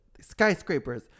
skyscrapers